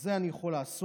את זה אני יכול לעשות.